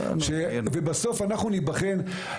ובסוף אנחנו ניבחן.